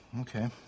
okay